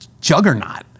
juggernaut